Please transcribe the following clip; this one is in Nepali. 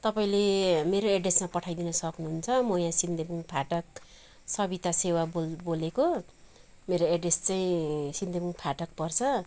तपाईँले मेरो एड्रेसमा पठाइदिन सक्नुहुन्छ म यहाँ सिन्देबुङ फाटक सविता सेवा बोल बोलेको मेरो एड्रेस चाहिँ सिन्देबुङ फाटक पर्छ